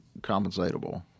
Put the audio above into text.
compensatable